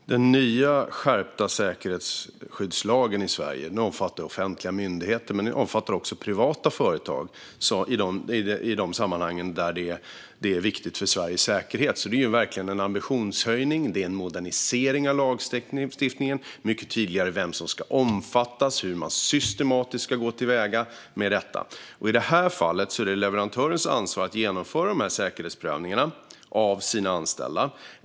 Fru talman! Den nya, skärpta säkerhetsskyddslagen i Sverige omfattar offentliga myndigheter, men den omfattar också privata företag i de sammanhang där det är viktigt för Sveriges säkerhet. Det är alltså verkligen en ambitionshöjning. Det är en modernisering av lagstiftningen. Det är mycket tydligare vem som ska omfattas och hur man systematiskt ska gå till väga med detta. I det här fallet är det leverantörens ansvar att genomföra säkerhetsprövningar av sina anställda.